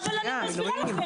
אבל אני מסבירה לך,